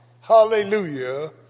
Hallelujah